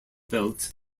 built